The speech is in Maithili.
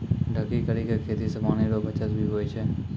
ढकी करी के खेती से पानी रो बचत भी हुवै छै